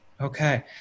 Okay